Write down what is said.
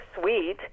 sweet